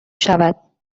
شود